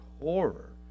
horror